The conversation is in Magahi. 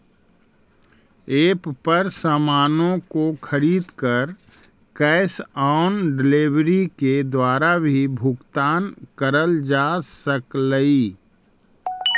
एप पर सामानों को खरीद कर कैश ऑन डिलीवरी के द्वारा भी भुगतान करल जा सकलई